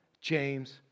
James